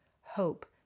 hope